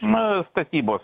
na statybos